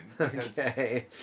Okay